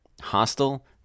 hostile